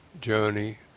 journey